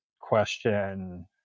question